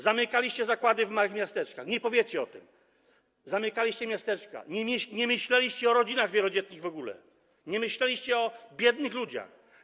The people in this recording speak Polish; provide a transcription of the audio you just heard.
Zamykaliście zakłady w małych miasteczkach, nie powiecie o tym, zamykaliście miasteczka, w ogóle nie myśleliście o rodzinach wielodzietnych, nie myśleliście o biednych ludziach.